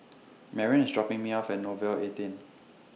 Marrion IS dropping Me off At Nouvel eighteen